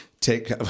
Take